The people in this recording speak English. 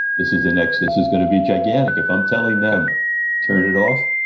this is the next. this is gonna be gigantic. if i'm telling them turn it off.